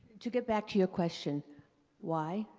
to get back to your question why,